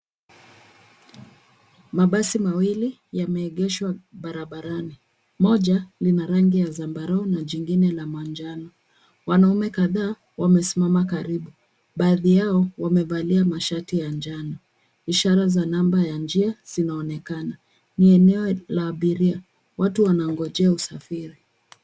Mabasi mawili yameegeshwa barabarani. Moja lina rangi ya zambarau na jingine la manjano. Wanaume kadhaa wamesimama karibu. Baadhi yao wamevalia mashati ya njano. Ishara za namba ya njia zinaonekana. Ni eneo la abiria. Watu wanangojea usafiri.